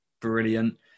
brilliant